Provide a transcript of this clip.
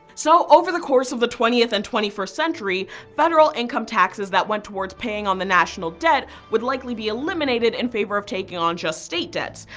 so over the course of the twentieth and twenty first century federal income taxes that went towards paying on the national debt would likely be eliminated in favor of taking on just state debts,